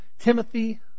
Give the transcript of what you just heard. Timothy